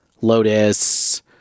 lotus